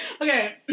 Okay